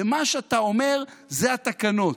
ומה שאתה אומר זה התקנות.